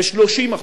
ב-30%.